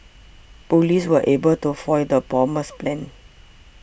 police were able to foil the bomber's plan